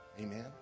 Amen